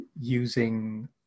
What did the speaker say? using